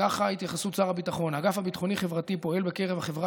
התייחסות שר הביטחון: האגף הביטחוני-חברתי פועל בקרב החברה